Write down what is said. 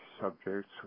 subjects